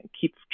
keep